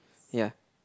ya